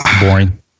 Boring